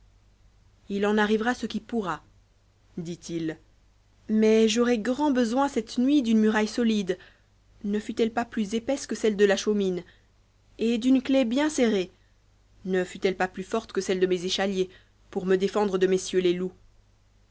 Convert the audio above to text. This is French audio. il en arrivera ce qui pourra dit-il mais j'aurais grand besoin cette nuit d'une muraille solide ne fût-elle pas plus épaisse que celle de la chaumine et d'une claie bien serrée ne fût-elle pas plus forte que celle de mes échaliers pour me défendre de messieurs les loups